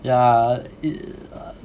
yeah it err